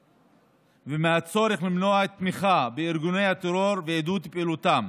ומהצורך למנוע תמיכה בארגוני הטרור ועידוד פעילותם